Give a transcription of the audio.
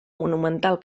monumental